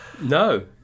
No